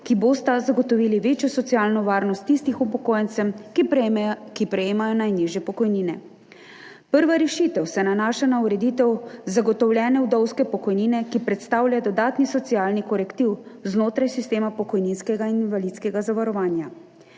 ki bosta zagotovili večjo socialno varnost tistih upokojencev, ki prejemajo najnižje pokojnine. Prva rešitev se nanaša na ureditev zagotovljene vdovske pokojnine, ki predstavlja dodatni socialni korektiv znotraj sistema pokojninskega in invalidskega zavarovanja.